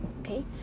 okay